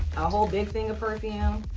a whole big thing of perfume.